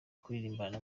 kuririmbana